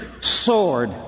sword